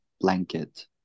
blanket